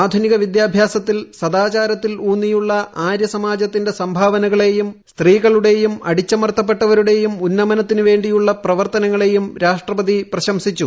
ആധുനിക വിദ്യാഭ്യാസത്തിൽ ഊന്നിയുള്ള ആര്യസമാജത്തിന്റെ സംഭാവനകളേയും സ്ത്രീകളുടേയും അടിച്ചമർത്തപ്പെട്ടവരുടേയും ഉന്നമനത്തിന് വേണ്ടിയുള്ള പ്രവർത്തനങ്ങളെയും രാഷ്ട്രപതി പ്രശംസിച്ചു